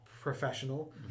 professional